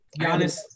Giannis